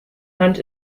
hand